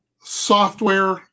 software